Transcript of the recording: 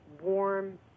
Warm